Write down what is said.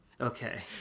Okay